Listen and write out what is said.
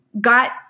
got